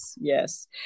Yes